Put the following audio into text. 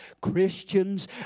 Christians